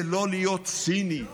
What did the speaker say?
זה לא להיות ציני,